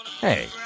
Hey